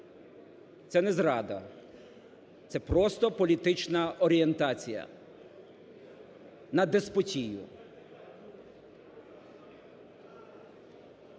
Це не зрада, це просто політична орієнтація на деспотію.